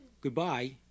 goodbye